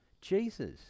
jesus